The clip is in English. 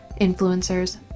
influencers